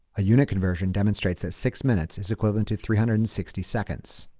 a unit conversion demonstrates that six minutes is equivalent to three hundred and sixty seconds.